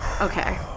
Okay